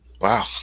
Wow